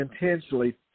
intentionally